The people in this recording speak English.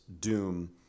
doom